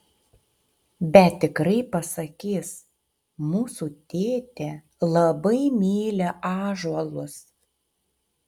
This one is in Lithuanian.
bet tikrai pasakys mūsų tėtė labai myli ąžuolus